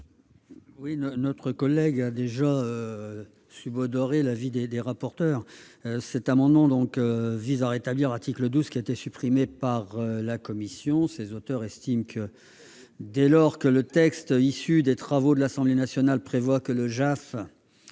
? Notre collègue a subodoré l'avis de la commission. Cet amendement vise à rétablir l'article 12 supprimé par la commission. Ses auteurs estiment que, dès lors que le texte issu des travaux de l'Assemblée nationale prévoit que le juge